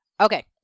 okay